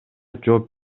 жооп